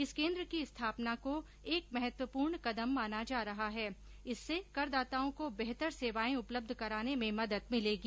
इस केन्द्र की स्थापना को एक महत्वपूर्ण कदम माना जा रहा है इससे करदाताओं को बेहतर सेवाएं उपलब्ध कराने में मदद मिलेगी